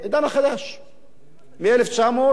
מ-1900 עד 1940,